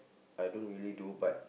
I don't really do but